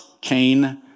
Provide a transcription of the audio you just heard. Cain